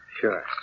Sure